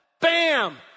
Bam